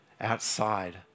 outside